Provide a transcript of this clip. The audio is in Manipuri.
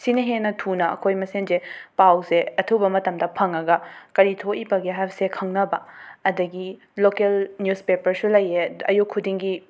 ꯁꯤꯅ ꯍꯦꯟꯅ ꯊꯨꯅ ꯑꯩꯈꯣꯏ ꯃꯁꯦꯟꯁꯦ ꯄꯥꯎꯁꯦ ꯑꯊꯨꯕ ꯃꯇꯝꯗ ꯐꯡꯉꯒ ꯀꯔꯤ ꯊꯣꯛꯏꯕꯒꯦ ꯍꯥꯏꯕꯁꯦ ꯈꯪꯅꯕ ꯑꯗꯒꯤ ꯂꯣꯀꯦꯜ ꯅ꯭ꯌꯨꯁꯄꯦꯄꯔꯁꯨ ꯂꯩꯌꯦ ꯑꯌꯨꯛꯈꯨꯗꯤꯡꯒꯤ